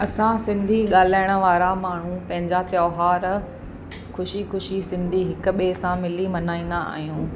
असां सिंधी ॻाल्हाइण वारा माण्हूं पंहिंजा त्योहार ख़ुशी ख़ुशी सिंधी हिक ॿिए सां मिली मल्हाईंदा आहियूं